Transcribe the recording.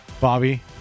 Bobby